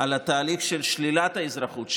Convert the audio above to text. את התהליך של שלילת האזרחות,